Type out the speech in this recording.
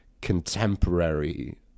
contemporary